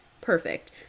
perfect